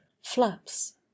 flaps